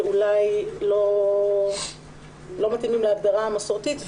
שאולי לא מתאימים להגדרה המסורתית.